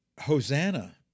Hosanna